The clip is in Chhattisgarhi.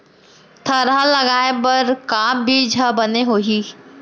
थरहा लगाए बर का बीज हा बने होही?